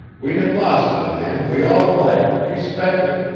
we had lost a man we all liked and respected,